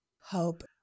Hope